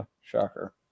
Shocker